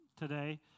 today